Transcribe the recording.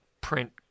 print